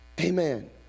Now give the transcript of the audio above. Amen